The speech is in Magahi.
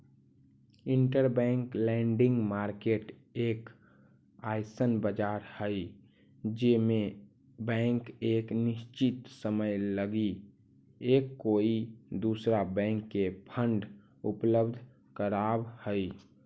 इंटरबैंक लैंडिंग मार्केट एक अइसन बाजार हई जे में बैंक एक निश्चित समय लगी एक कोई दूसरा बैंक के फंड उपलब्ध कराव हई